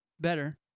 Better